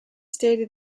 stated